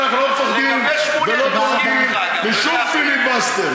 לכן אנחנו לא מפחדים ולא דואגים משום פיליבסטר,